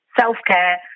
self-care